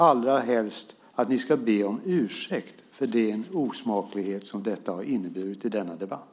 Allra helst ska ni be om ursäkt för den osmaklighet som detta har inneburit i denna debatt.